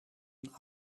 een